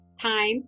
time